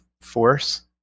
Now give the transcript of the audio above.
force